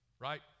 right